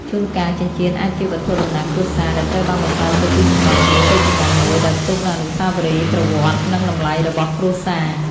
ជួនកាល ចិញ្ចៀនអាចជា វត្ថុតំណាងគ្រួសារ ដែលត្រូវបានបន្សល់ទុកពីជំនាន់មួយទៅជំនាន់មួយ ដោយផ្ទុកនូវអនុស្សាវរីយ៍ ប្រវត្តិ និងតម្លៃរបស់គ្រួសារ។